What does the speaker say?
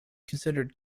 considered